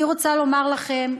אני רוצה לומר לכם,